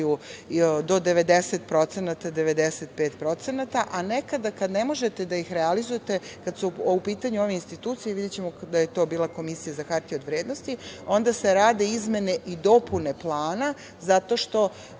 do 90%, 95%, a nekada, kad ne možete da ih realizujete, kada su u pitanju ove institucije, videćemo da je to bila Komisija za hartije od vrednosti, onda se rade izmene i dopune plana zato što